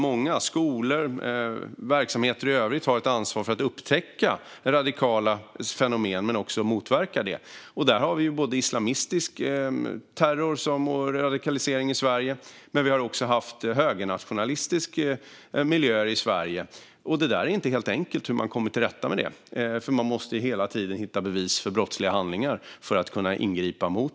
Många verksamheter, till exempel skolor, har ett ansvar för att upptäcka radikala fenomen och motverka dem. Vi har islamistisk terror och radikalisering i Sverige. Vi har också haft högernationalistiska miljöer i Sverige. Det är inte helt enkelt att komma till rätta med det här. Man måste hela tiden hitta bevis för brottsliga handlingar för att kunna ingripa.